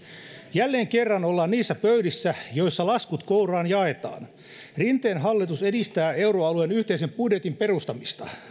jälleen kerran ollaan niissä pöydissä joissa laskut kouraan jaetaan rinteen hallitus edistää euroalueen yhteisen budjetin perustamista